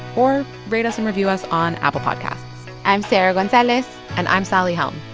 or rate us and review us on apple podcasts i'm sarah gonzalez and i'm sally helm.